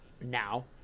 now